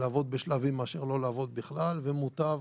לעבוד בשלבים מאשר לא לעבוד בכלל, ומוטב